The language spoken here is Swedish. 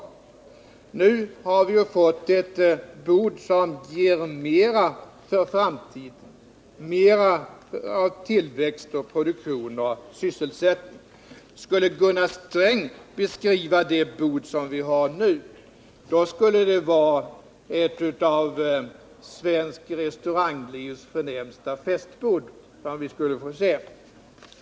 Nu har vi fått ett bord som ger mera för framtiden, mera av tillväxt, produktion och sysselsättning. Skulle Gunnar Sträng beskriva det bord som vi har nu skulle det väl liknas vid ett av svenskt restauranglivs förnämsta festbord.